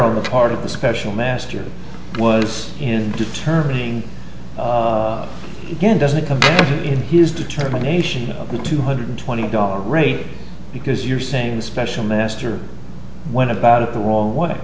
on the part of the special master was in determining again doesn't come in his determination of the two hundred twenty dollars rate because you're saying the special master went about it the wrong way